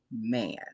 man